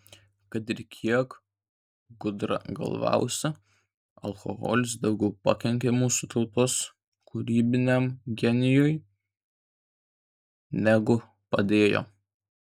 kad ir kiek gudragalviausi alkoholis daugiau pakenkė mūsų tautos kūrybiniam genijui negu padėjo